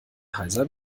heiser